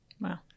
Wow